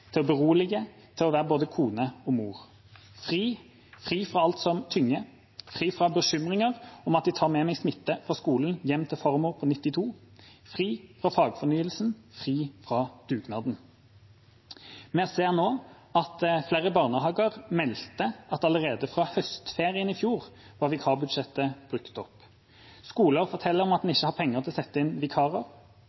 Til å berolige. Til å være kone og mor. Fri! Fri fra alt som tynger. Fri fra bekymringer om at jeg tar med smitte fra skole hjem til farmor på 92. Fri fra fagfornyelsen. Fri fra dugnad.» Vi ser nå at flere barnehager melder at allerede fra høstferien i fjor var vikarbudsjettet brukt opp. Skoler forteller om at